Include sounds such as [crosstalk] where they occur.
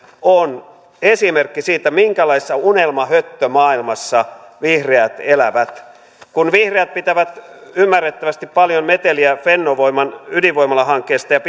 on esimerkki siitä minkälaisessa unelmahöttömaailmassa vihreät elävät kun vihreät pitävät ymmärrettävästi paljon meteliä fennovoiman ydinvoimalahankkeesta ja [unintelligible]